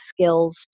skills